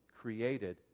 created